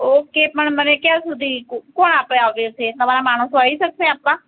okay પણ મને ક્યાં સુધી કોણ આપવા આવશે તમારા માણસો આવી શકશે આપવા